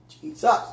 Jesus